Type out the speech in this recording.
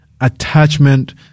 attachment